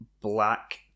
Black